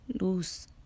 Luz